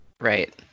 Right